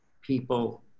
people